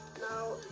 Now